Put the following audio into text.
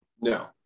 no